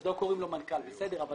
אז לא קוראים לו מנכ"ל, בסדר.